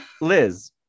Liz